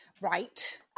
Right